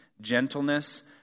gentleness